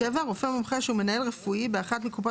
(7) רופא מומחה שהוא מנהל רפואי באחת מקופות